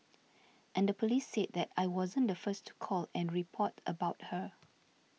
and the police said that I wasn't the first to call and report about her